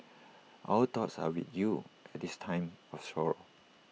our thoughts are with you at this time of sorrow